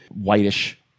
whitish